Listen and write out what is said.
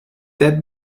that